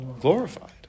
glorified